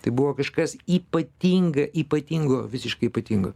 tai buvo kažkas ypatinga ypatingo visiškai ypatingo